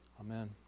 Amen